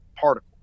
particle